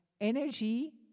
energy